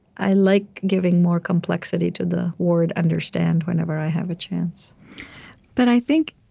i like giving more complexity to the word understand whenever i have a chance but i think